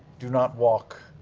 do not walk,